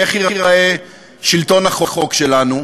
איך ייראה שלטון החוק שלנו,